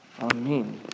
Amen